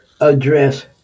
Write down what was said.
address